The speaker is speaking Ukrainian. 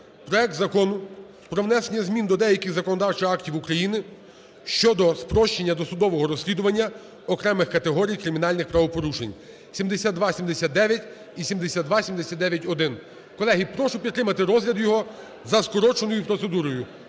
проект Закону про внесення змін до деяких законодавчих актів України щодо спрощення досудового розслідування окремих категорій кримінальних правопорушень, 7279 і 7279-1. Колеги, прошу підтримати розгляд його за скороченою процедурою.